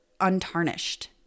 untarnished